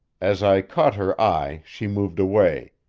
as i caught her eye she moved away,